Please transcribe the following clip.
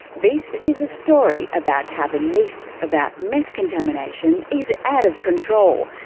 this is a story about how the myth about meth contamination is out of control.